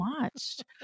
watched